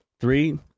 three